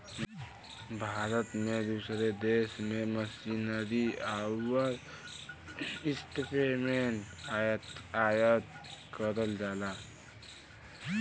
भारत में दूसरे देश से मशीनरी आउर इक्विपमेंट आयात करल जाला